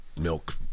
milk